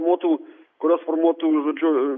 būtų kurios formuotų žodžiu